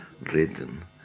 written